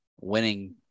winning